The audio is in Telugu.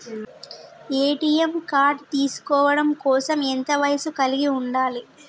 ఏ.టి.ఎం కార్డ్ తీసుకోవడం కోసం ఎంత వయస్సు కలిగి ఉండాలి?